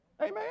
Amen